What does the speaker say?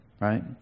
right